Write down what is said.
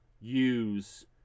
use